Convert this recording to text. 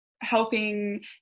helping